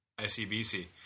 ICBC